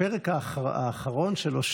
אבל בפרק האחרון שלו,